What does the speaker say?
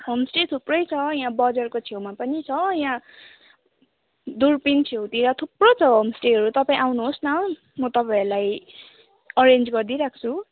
homestay थुप्रै छ यहाँ बजारको छेउमा पनि छ यहाँ दुर्पिन छेउतिर थुप्रो छ होमस्टेहरू तपाईँ आउनुहोस् न म तपाईँहरूलाई एरेन्ज गरिदिई राख्छु